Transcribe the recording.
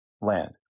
land